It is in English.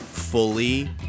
Fully